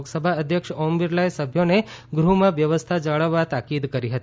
લોકસભા અધ્યક્ષ ઓમ બિરલાએ સભ્યોને ગૃહમાં વ્યવસ્થા જાળવવા તાકીદ કરી હતી